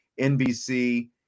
NBC